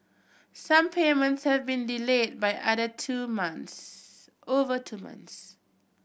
some payments have been delayed by other two months over two months